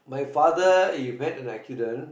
my father is went like accident